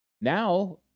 Now